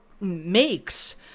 makes